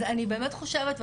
אז אני באמת חושבת,